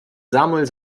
samuel